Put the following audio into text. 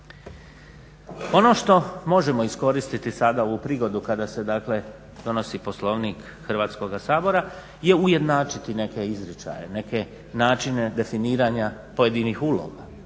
Ono što možemo iskoristiti sada ovu prigodu kada se, dakle donosi Poslovnik Hrvatskoga sabora je ujednačiti neke izričaje, neke načine definiranja pojedinih uloga.